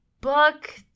book